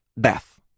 death